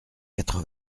quatre